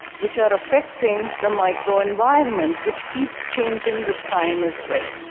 which are effecting the microenvironment, which keeps changing with time as well.